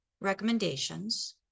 recommendations